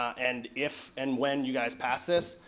and if and when you guys pass this,